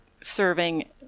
serving